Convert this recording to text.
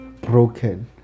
broken